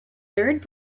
third